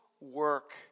work